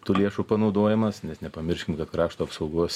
tų lėšų panaudojimas nes nepamirškim kad krašto apsaugos